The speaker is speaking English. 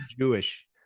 Jewish